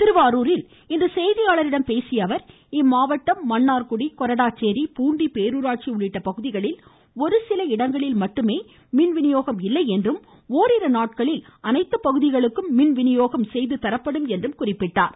திருவாரூரில் இன்று செய்தியாளர்களிடம் பேசிய அவர் இம்மாவட்டம் மன்னார்குடி கொரடாச்சேரி பூண்டி பேரூராட்சி உள்ளிட்ட பகுதிகளில் ஒரு சில இடங்களில் மட்டுமே மின்வினியோகம் இல்லை என்றும் ஓரிரு நாட்களில் அனைத்து பகுதிக்கும் மின்வினியோகம் செய்து தரப்படும் என்றார்